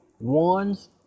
One's